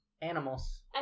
animals